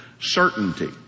certainty